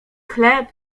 chleb